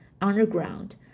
underground